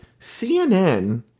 CNN